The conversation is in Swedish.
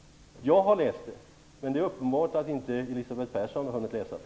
Jag har läst det. Men det är uppenbart att Elisabeth Persson inte har hunnit läsa det.